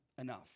Enough